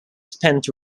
spent